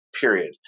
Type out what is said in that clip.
period